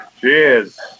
Cheers